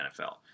NFL